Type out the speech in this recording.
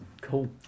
Cool